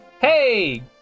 Hey